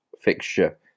fixture